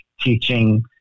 teaching